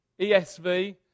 ESV